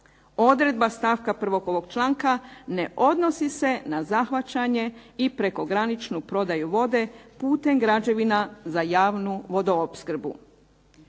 Odredba stavka 1. ovog članka ne odnosi se ne zahvaćanje i prekograničnu prodaju vode putem građevina za javnu voopskrbu.